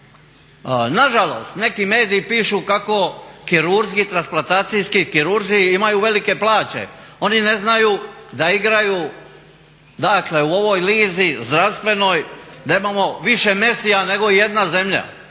Nažalost, neki mediji pišu kako kirurzi, transplantacijski kirurzi imaju velike plaće. Oni ne znaju da igraju dakle u ovoj lizi zdravstvenoj da imamo više Messija nego ijedna zemlja.